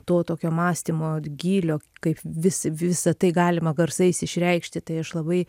to tokio mąstymo gylio kaip vis visa tai galima garsais išreikšti tai aš labai